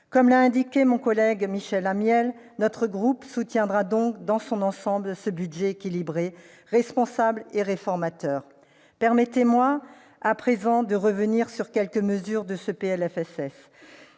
Comme l'a indiqué mon collègue Michel Amiel, notre groupe soutiendra donc, dans son ensemble, ce budget équilibré, responsable et réformateur. Permettez-moi de revenir à présent sur quelques mesures de ce PLFSS.